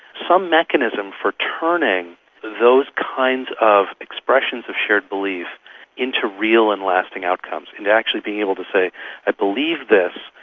some mechanism for turning those kinds of expressions of shared beliefs into real and lasting outcomes, into actually being able to say i believe this,